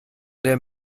der